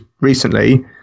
recently